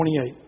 28